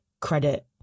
credit